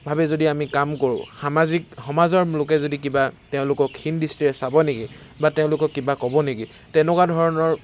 ভাৱে যদি আমি কাম কৰো সামাজিক সমাজৰ লোকে যদি কিবা তেওঁলোকক হীন দৃষ্টিৰে চাব নেকি বা তেওঁলোকক কিবা ক'ব নেকি তেনেকুৱা ধৰণৰ